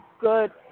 good